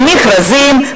למכרזים,